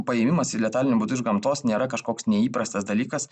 paėmimas letaliniu būdu iš gamtos nėra kažkoks neįprastas dalykas